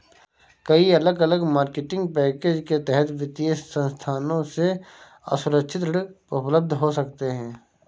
कई अलग अलग मार्केटिंग पैकेज के तहत वित्तीय संस्थानों से असुरक्षित ऋण उपलब्ध हो सकते हैं